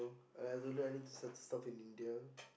no uh really I need to send stuff in India